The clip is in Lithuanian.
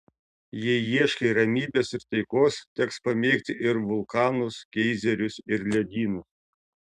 jei ieškai ramybės ir taikos teks pamėgti ir vulkanus geizerius ir ledynus